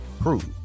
prove